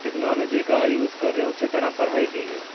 technology का use कर रहें उसी तरह पढ़ाई भी है